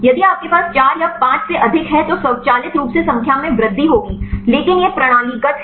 यदि आप के पास 4 या 5 से अधिक हैं तो स्वचालित रूप से संख्या में वृद्धि होगी लेकिन यह प्रणालीगत है